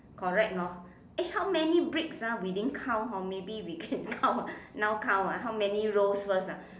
correct hor eh how many bricks ah we didn't count hor maybe we can count now count ah how many rows first ah